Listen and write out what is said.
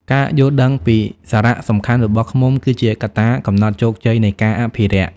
ការយល់ដឹងពីសារៈសំខាន់របស់ឃ្មុំគឺជាកត្តាកំណត់ជោគជ័យនៃការអភិរក្ស។